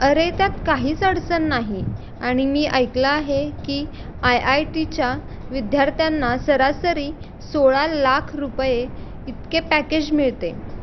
अरे त्यात काहीच अडचण नाही आणि मी ऐकलं आहे की आय आय टीच्या विद्यार्थ्यांना सरासरी सोळा लाख रुपये इतके पॅकेज मिळते